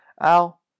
al